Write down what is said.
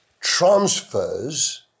transfers